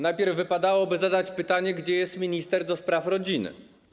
Najpierw wypadałoby zadać pytanie, gdzie jest minister do spraw rodziny.